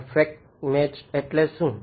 perfect matched એટલે શું